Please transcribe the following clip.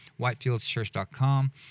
whitefieldschurch.com